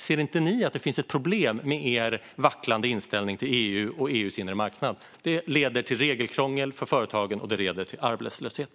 Ser inte ni att det finns ett problem med er vacklande inställning till EU och EU:s inre marknad? Det leder till regelkrångel för företagen och till arbetslöshet.